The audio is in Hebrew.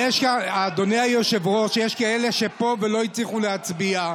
אדוני היושב-ראש, יש כאלה שפה ולא הצליחו להצביע.